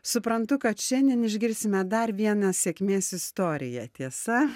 suprantu kad šiandien išgirsime dar vieną sėkmės istoriją tiesa